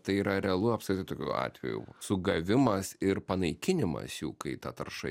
tai yra realu apskritai tokių atvejų sugavimas ir panaikinimas jau kai ta tarša